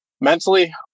Mentally